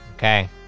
Okay